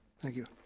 thank you.